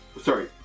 Sorry